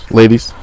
ladies